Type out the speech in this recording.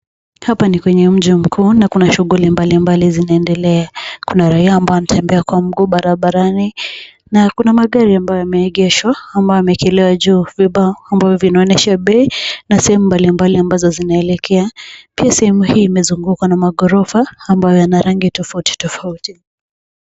Hapa ni kwenye mji mkuu na kuna shuguli mbalimbali zinaendelea. Kuna raia ambao wanatembea kwa miguu barabarani na kuna magari ambayo yameegeshwa ambayo yameekelewa juu vibao ambayo vinaonyesha bei na sehemu mbalimbali ambazo zinaelekea. Pia sehemu hii imezungukwa na maghorofa ambayo yana rangi tofautitofauti.